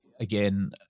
Again